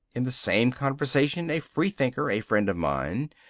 in the same conversation a free-thinker, a friend of mine,